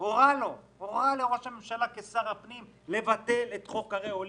הורה לבטל את חוק ערי עולים,